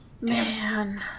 Man